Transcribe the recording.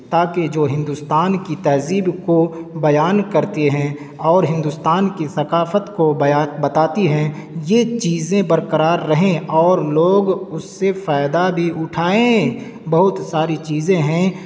تاکہ جو ہندوستان کی تہذیب کو بیان کرتے ہیں اور ہندوستان کی ثقافت کو بتاتی ہیں یہ چیزیں برقرار رہیں اور لوگ اس سے فائدہ بھی اٹھائیں بہت ساری چیزیں ہیں